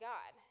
God